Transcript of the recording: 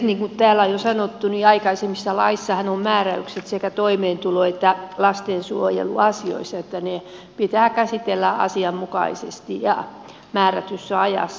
niin kuin täällä on jo sanottu aikaisemmissa laeissahan on määräykset sekä toimeentulo että lastensuojeluasioista että ne pitää käsitellä asianmukaisesti ja määrätyssä ajassa